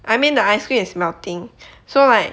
I mean the ice cream is melting so like